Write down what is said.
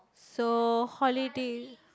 so holiday